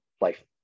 life